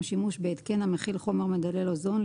שימוש בהתקן המכיל חומר מדלל אוזון,